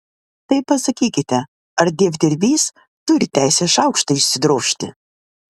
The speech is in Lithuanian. tai pasakykite ar dievdirbys turi teisę šaukštą išsidrožti